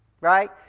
right